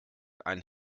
einen